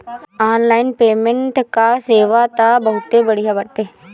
online payment कअ सेवा तअ बहुते बढ़िया बाटे